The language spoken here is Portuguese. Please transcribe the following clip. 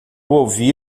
ouvi